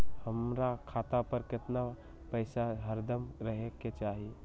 हमरा खाता पर केतना पैसा हरदम रहे के चाहि?